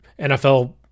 NFL